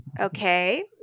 Okay